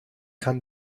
kann